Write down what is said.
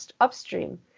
upstream